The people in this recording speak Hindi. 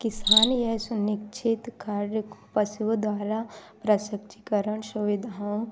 किसान यह सुनिश्चित कार्य को पशुओं द्वारा परीक्षण सुविधाओं